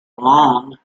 long